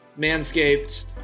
Manscaped